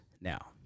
Now